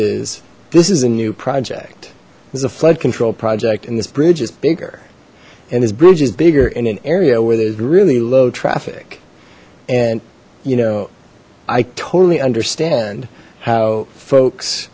is this is a new project this is a flood control project and this bridge is bigger and this bridge is bigger in an area where there's really low traffic and you know i totally understand how folks